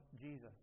Jesus